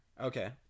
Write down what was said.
Okay